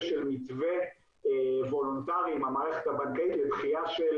של מתווה וולונטרי עם המערכת הבנקאית לדחייה של